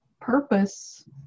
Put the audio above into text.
purpose